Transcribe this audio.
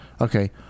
Okay